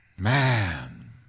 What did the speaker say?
Man